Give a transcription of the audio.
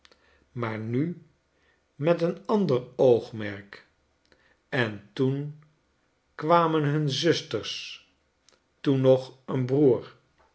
maar nu met een ander oogmerk en toen kwamen hun zusters toen nog een broer